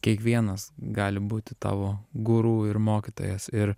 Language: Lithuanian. kiekvienas gali būti tavo guru ir mokytojas ir